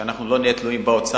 כדי שאנחנו לא נהיה תלויים באוצר,